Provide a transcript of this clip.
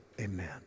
amen